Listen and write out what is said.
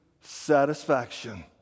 satisfaction